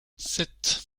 sept